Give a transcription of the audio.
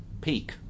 Peak